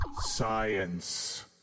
Science